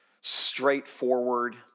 straightforward